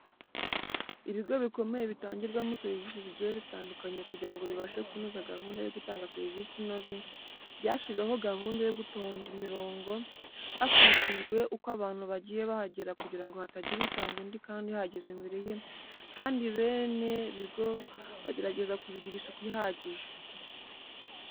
Ibigo bikomeye bitangirwamo serivisi zigiye zitandukanye kugira ngo bibashe kunoza gahunda yo gutanga serivisi inoze, byashyizeho gahunda yo gutonda imiringo hakurikijwe uko abantu bagiye bahagera kugira ngo hatagira utanga undi kandi yahageze mbere ye kandi bene bigo bagerageza kubigirira isuku ihagije.